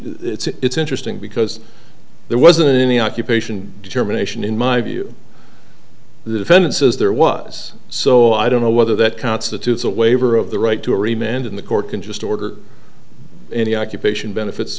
it's interesting because there wasn't any occupation determination in my view the defendant says there was so i don't know whether that constitutes a waiver of the right to remain and in the court can just order any occupation benefits